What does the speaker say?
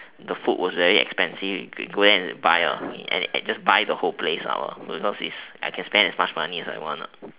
the food was very expensive we go there and just buy ah and just buy the whole place ah because is I can spend as much money as I want ah